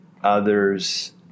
others